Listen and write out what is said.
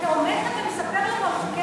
אתה עומד ואתה מספר לנו על חוקי